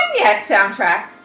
soundtrack